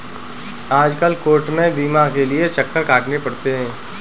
आजकल कोर्ट में बीमा के लिये चक्कर काटने पड़ते हैं